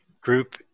group